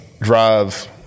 drive